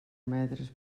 metres